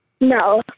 No